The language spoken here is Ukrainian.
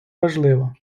важлива